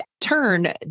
turn